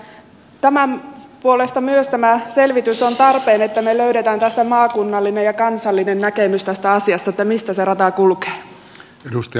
myös tämän puolesta tämä selvitys on tarpeen jotta me löydämme maakunnallisen ja kansallisen näkemyksen tästä asiasta että mistä se rata kulkee